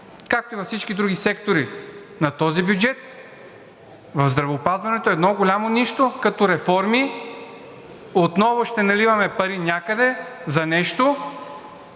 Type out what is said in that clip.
както и във всички други сектори на този бюджет, в здравеопазването едно голямо нищо като реформи! Отново ще наливаме пари някъде за нещо,